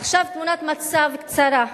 עכשיו, תמונת מצב קצרה: